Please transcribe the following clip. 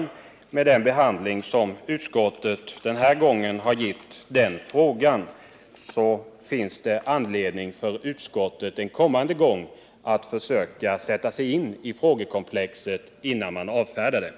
Med tanke på den behandling som skatteutskottet denna gång har gett frågan bör utskottet vid ett kommande tillfälle försöka sätta sig in i frågekomplexet innan det avfärdas.